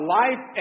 life